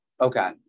Okay